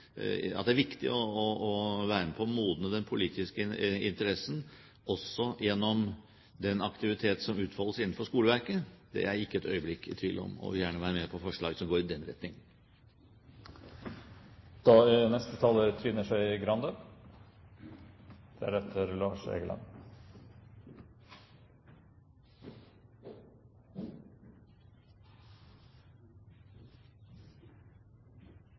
viktig å være med på å modne den politiske interessen, også gjennom den aktivitet som utfoldes innenfor skoleverket, er jeg ikke et øyeblikk i tvil om, og jeg vil gjerne være med på forslag som går i den